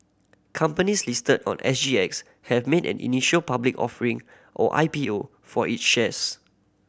companies listed on S G X have made an initial public offering or I P O for each shares